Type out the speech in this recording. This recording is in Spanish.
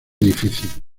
difícil